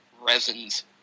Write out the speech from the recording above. Resins